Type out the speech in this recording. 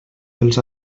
els